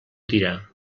dirà